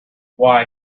why